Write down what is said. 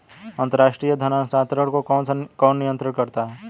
अंतर्राष्ट्रीय धन हस्तांतरण को कौन नियंत्रित करता है?